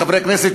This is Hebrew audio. חברי כנסת,